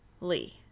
Lee